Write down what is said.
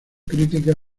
crítica